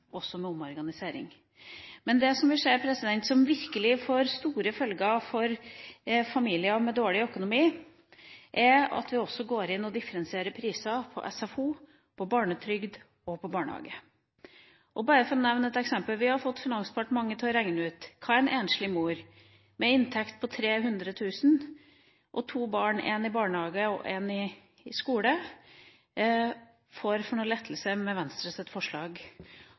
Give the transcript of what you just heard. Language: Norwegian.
også med omorganisering. Men det vi ser at virkelig får store følger for familier med dårlig økonomi, er at vi også går inn og differensierer priser på SFO, på barnetrygd og på barnehage. Og bare for å nevne et eksempel: Vi har fått Finansdepartementet til å regne ut hva en enslig mor med inntekt på 300 000 kr og to barn – ett i barnehage og ett i skole – får i lettelser med Venstres forslag,